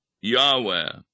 Yahweh